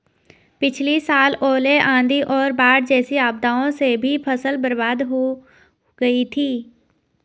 पिछली साल ओले, आंधी और बाढ़ जैसी आपदाओं से भी फसल बर्बाद हो हुई थी